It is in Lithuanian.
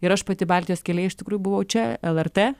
ir aš pati baltijos kelyje iš tikrųjų buvau čia lrt